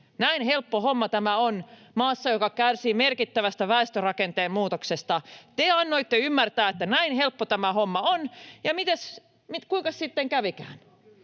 näin helppo homma tämä on maassa, joka kärsii merkittävästä väestörakenteen muutoksesta. Te annoitte ymmärtää, että näin helppo tämä homma on, ja kuinkas sitten kävikään?